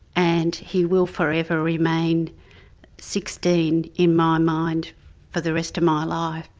and he will forever remain sixteen in my mind for the rest of my life.